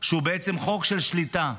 שהוא בעצם חוק של שליטה,